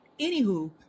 Anywho